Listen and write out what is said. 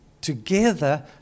together